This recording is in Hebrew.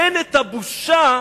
אין בושה,